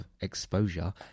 exposure